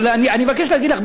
אבל אני מבקש להגיד לך,